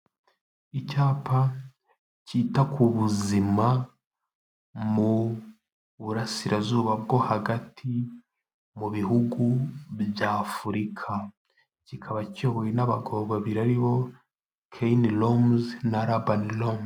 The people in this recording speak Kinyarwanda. Icyapa cyita ku buzima mu burasirazuba bwo hagati mu bihugu bya afurika kikaba kiyobowe n'abagabo babiri aribo keni Romes na Raban Lone.